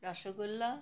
rasgulla